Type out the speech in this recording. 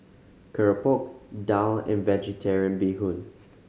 keropok daal and Vegetarian Bee Hoon